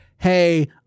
Hey